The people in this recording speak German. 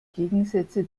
gegensätze